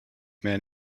men